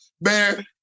man